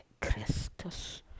Christus